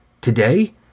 Today